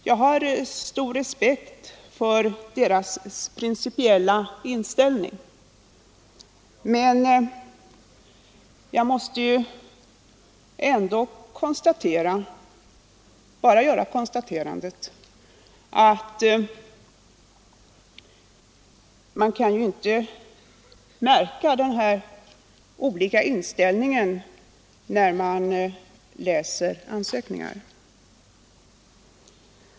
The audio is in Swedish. Jag har stor respekt för deras principiella inställning, men jag måste ändå göra det konstaterandet att man ju inte kan märka någon avvikande inställning när man läser ansökningarna.